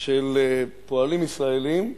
של פועלים ישראלים בבנייה.